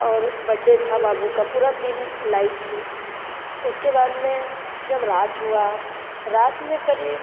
और बड्डे था बाबु का पूरा दिन लाइट थी उसके बाद में जब रात हुई रात में क़रीब